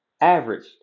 average